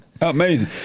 amazing